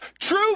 True